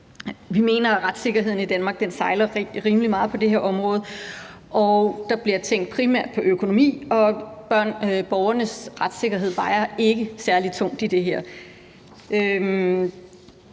Vi mener, at retssikkerheden i Danmark sejler rimelig meget på det her område. Der bliver tænkt primært på økonomi, og borgernes retssikkerhed vejer ikke særlig tungt i det her.